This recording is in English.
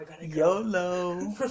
YOLO